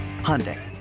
Hyundai